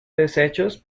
desechos